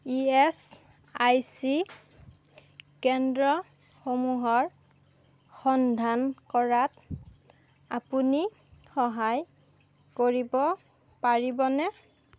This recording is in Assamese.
ই এছ আই চি কেন্দ্ৰসমূহৰ সন্ধান কৰাত আপুনি সহায় কৰিব পাৰিবনে